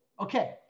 Okay